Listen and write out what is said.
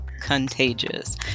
contagious